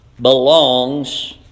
belongs